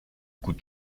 coûte